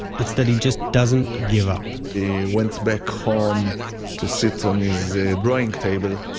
it's that he just doesn't give up he went back home to sit on his drawing table,